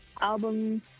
album